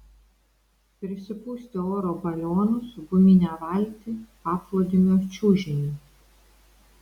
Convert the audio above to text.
prisipūsti oro balionus guminę valtį paplūdimio čiužinį